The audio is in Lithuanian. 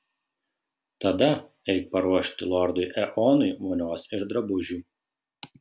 tada eik paruošti lordui eonui vonios ir drabužių